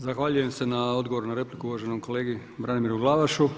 Zahvaljujem se na odgovoru na repliku uvaženom kolegi Branimiru Glavašu.